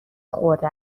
خورده